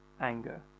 anger